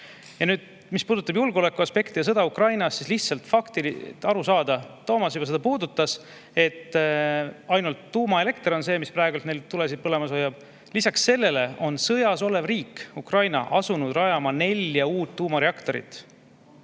Nüüd, mis puudutab julgeolekuaspekti ja sõda Ukrainas, siis lihtsalt faktid, et aru saada. Toomas seda juba puudutas. Ainult tuumaelekter on see, mis praegu neil tulesid põlemas hoiab. Lisaks sellele on sõjas olev riik Ukraina asunud rajama nelja uut tuumareaktorit.